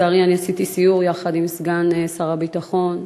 אני עשיתי סיור יחד עם סגן שר הביטחון,